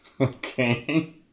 Okay